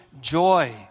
joy